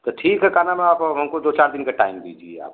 तो ठीक है का नाम है आप हमको दो चार दिन का टाइम दीजिए आप